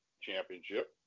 championship